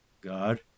God